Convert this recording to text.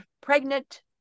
pregnant